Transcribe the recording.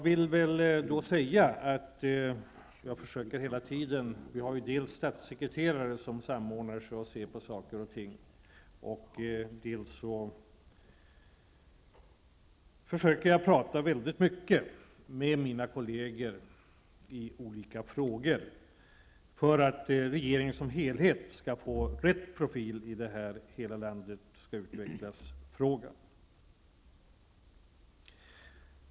Vi har dels statssekreterare som samordnar sig och ser på saker och ting, dels försöker jag prata mycket med mina kolleger i olika frågor för att regeringen som helhet skall få rätt profil vad gäller att se till att hela landet skall utvecklas.